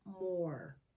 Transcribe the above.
more